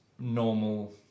normal